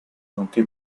nonché